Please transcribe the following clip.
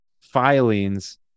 filings